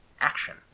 action